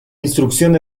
instrucción